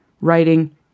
writing